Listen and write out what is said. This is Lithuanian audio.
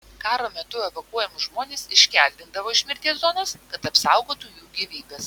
karo metu evakuojamus žmones iškeldindavo iš mirties zonos kad apsaugotų jų gyvybes